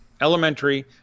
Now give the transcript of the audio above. elementary